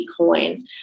Bitcoin